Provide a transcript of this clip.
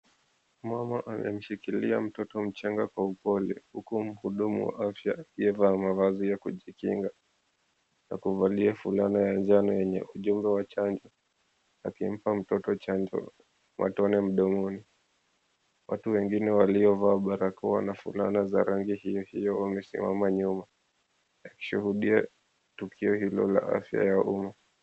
Mama aliyemshikilia mtoto mchanga kwa upole huku muhudumu wa afya aliyevaa mavazi ya kujikinga na kuvalia fulana ya njano yenye ujumbe wa chanjo. Akimpa mtoto chanjo matone mdomoni. Watu wengine waliovaa barakoa na fulana za rangi hiyo hiyo wamesimama nyuma wakishuhudia tukio hilo la afya ya umma.